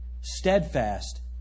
steadfast